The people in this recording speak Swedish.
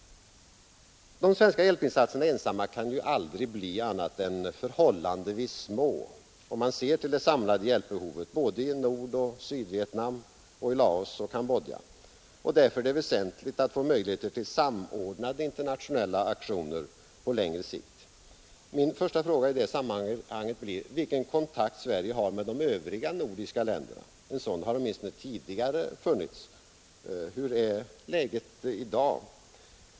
De svenska hjälpinsatserna ensamma kan ju aldrig bli annat än förhållandevis små, om man ser till det samlade hjälpbehovet i både Nordoch Sydvietnam och i Laos och i Cambodja. Därför är det väsentligt att få möjligheter till samordnade internationella aktioner på längre sikt. Min första fråga i det sammanhanget blir vilken kontakt Sverige har med de övriga nordiska länderna. En sådan har åtminstone tidigare funnits. Hur är läget i dag?